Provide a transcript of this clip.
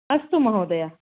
अस्तु महोदय